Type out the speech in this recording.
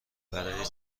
برای